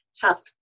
tough